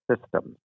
systems